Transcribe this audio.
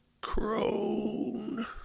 crone